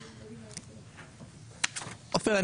אופיר,